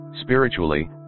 Spiritually